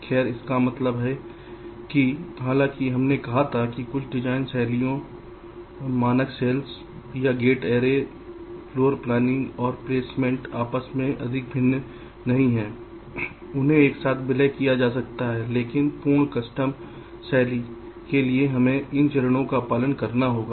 खैर इसका मतलब है कि हालांकि हमने कहा था कि कुछ डिजाइन शैलियों मानक सेल्स या गेट ऐरे फ्लोर प्लानिंग और प्लेसमेंट आपस में अधिक भिन्न नहीं हैं उन्हें एक साथ विलय किया जा सकता है लेकिन पूर्ण कस्टम शैली के लिए हमें इन चरणों का पालन करना होगा